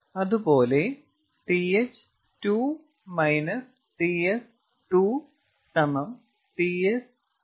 അതുപോലെ Th2 Ts2Ts2 Tc2 എന്നും